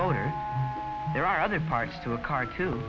motor there are other parts to the car too